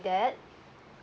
that